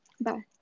Bye